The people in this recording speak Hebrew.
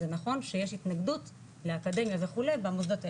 זה נכון שיש התנגדות לאקדמיה וכו' במוסדות האלה,